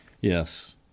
Yes